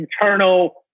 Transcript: Internal